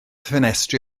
ffenestri